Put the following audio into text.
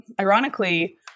Ironically